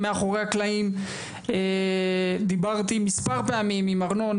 מאחורי הקלעים דיברתי מספר פעמים עם ארנון,